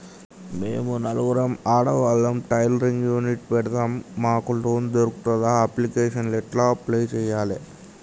మేము నలుగురం ఆడవాళ్ళం టైలరింగ్ యూనిట్ పెడతం మాకు లోన్ దొర్కుతదా? అప్లికేషన్లను ఎట్ల అప్లయ్ చేయాలే?